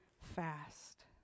fast